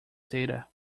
data